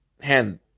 hand